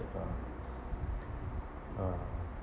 uh uh